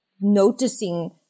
noticing